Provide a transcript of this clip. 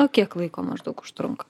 o kiek laiko maždaug užtrunka